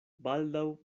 baldaŭ